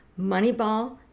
Moneyball